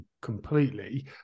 completely